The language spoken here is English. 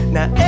Now